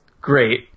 great